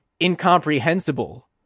incomprehensible